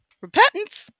Repentance